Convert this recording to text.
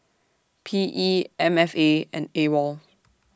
P E M F A and A WOL